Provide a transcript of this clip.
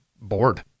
bored